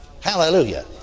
Hallelujah